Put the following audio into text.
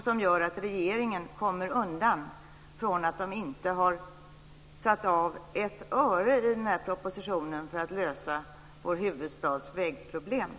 Det gör att regeringen kommer undan att man inte har satt av ett öre i propositionen för att lösa vägproblemen i vår huvudstad.